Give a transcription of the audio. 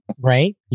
Right